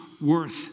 worth